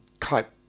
type